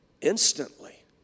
instantly